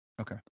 okay